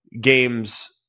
games